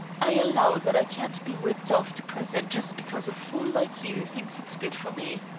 i allow that i can't be whipped off to prison just because a fool like you thinks it's good for me.